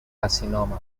carcinoma